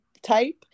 type